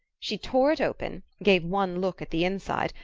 she tore it open, gave one look at the inside,